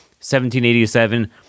1787